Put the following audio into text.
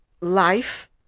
life